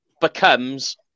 becomes